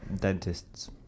Dentists